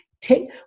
take